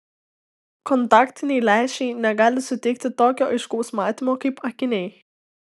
kontaktiniai lęšiai negali suteikti tokio aiškaus matymo kaip akiniai